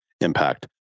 impact